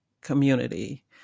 community